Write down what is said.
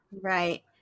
right